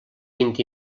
vint